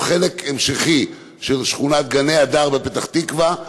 הוא חלק המשכי של שכונת גני הדר בפתח תקווה,